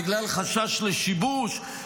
בגלל חשש לשיבוש.